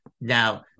now